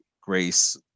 Grace